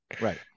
Right